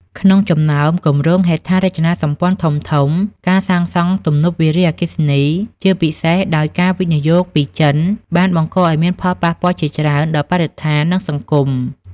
ក្នុងចំណោមគម្រោងហេដ្ឋារចនាសម្ព័ន្ធធំៗ ការសាងសង់ទំនប់វារីអគ្គិសនី ជាពិសេសដោយការវិនិយោគពីចិន បានបង្កឲ្យមានផលប៉ះពាល់ជាច្រើនដល់បរិស្ថាន និងសង្គម។